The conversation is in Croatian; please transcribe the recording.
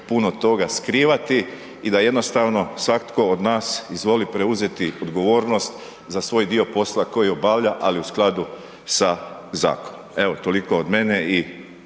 puno toga skrivati i da jednostavno svako od nas izvoli preuzeti odgovornost za svoj dio posla koji obavlja ali u skladu sa zakonom. Evo toliko od mene i